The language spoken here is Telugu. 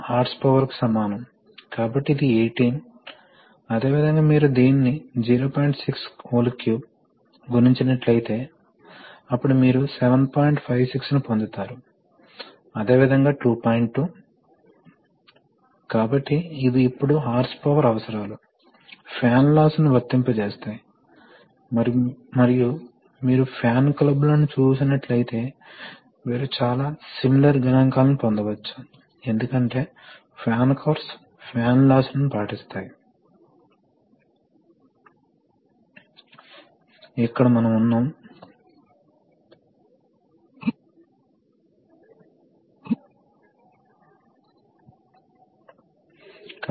కాబట్టి ఆయిల్ లూబ్రికేటింగ్ ఆయిల్ వాస్తవానికి ఒక రకమైన అణు రూపంలో ఉంటుంది అది గాలి ప్రవాహానికి వ్యాపించి ఆపై గాలి ప్రవాహం దానిని వివిధ బిందువులకు తీసుకువెళుతుంది మరియు ఇది లూబ్రికేటింగ్ పనితీరును అందిస్తుంది కాబట్టి మీకు చిన్న బిందువులు ఉంటే మీకు ఎక్కువ లూబ్రికేషన్ ఉంటుంది కొన్నిసార్లు అణువు అటామైజేషన్ కలిగి ఉండవచ్చు కానీ ఈ ఆయిల్ మిస్ట్ ని మీరు నేరుగా విడుదల చేయలేరని గుర్తుంచుకోండి మీరు దానిని విడుదల చేయవచ్చు మీరు మంచి గాలిని తిరిగి ఇవ్వవలసిన అవసరం లేదు అదే సమయంలో మీరు ఆయిల్ లో ని కలిగివున్న గాలిని వాతావరణంలోకి విడుదల చేయలేరు ఇది ఆరోగ్యానికి హాని కలిగిస్తుంది